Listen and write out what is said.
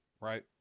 right